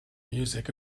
music